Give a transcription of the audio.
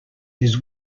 his